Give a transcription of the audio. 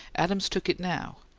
adams took it now,